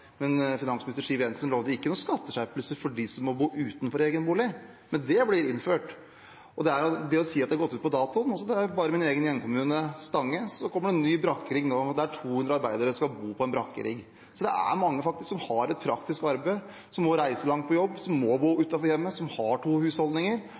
Finansminister Siv Jensen lovet ikke noen skatteskjerpelser til dem som må bo utenfor egen bolig, men det blir innført. Hun sier at det har gått ut på dato. Bare i min egen hjemkommune, Stange, kommer det nå en ny brakkerigg, 200 arbeidere skal bo på en brakkerigg. Det er mange som har et praktisk arbeid og må reise langt på jobb, må